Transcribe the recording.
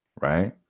right